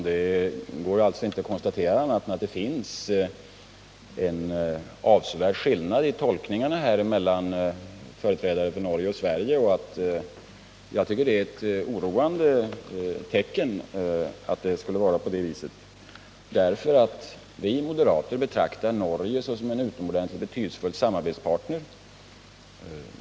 Herr talman! Det går inte att konstatera annat än att det finns en avsevärd skillnad i tolkningarna mellan företrädare för Norge och Sverige. Jag tycker att det är ett oroande tecken. Vi moderater betraktar Norge som en utomordentligt betydelsefull samarbetspartner.